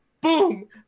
Boom